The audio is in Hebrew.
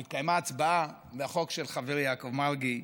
או התקיימה ההצבעה והחוק של חברי יעקב מרגי הוצמד,